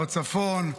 בצפון,